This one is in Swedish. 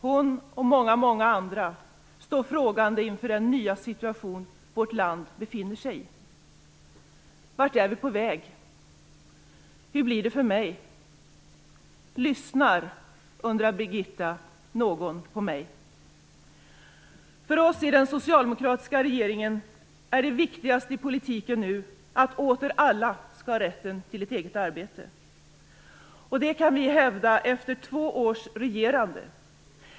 Hon och många andra står frågande inför den nya situation vårt land befinner sig i. Vart är vi på väg? Hur blir det för mig? Lyssnar, undrar Birgitta, någon på mig? För oss i den socialdemokratiska regeringen är det viktigaste i politiken nu att alla åter skall ha rätten till ett eget arbete. Det kan vi hävda efter två års regerande.